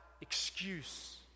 excuse